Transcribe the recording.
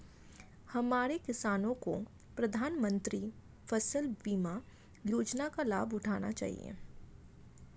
हमारे किसानों को प्रधानमंत्री फसल बीमा योजना का लाभ उठाना चाहिए